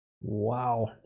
Wow